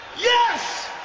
yes